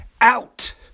out